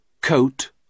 coat